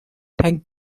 thank